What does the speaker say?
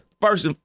First